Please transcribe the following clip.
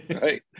right